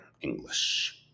English